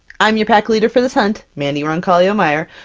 i'm your pack leader for this hunt, mandy roncalio-meyer,